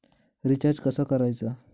Recharge कसा करायचा?